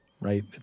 right